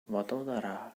vadodara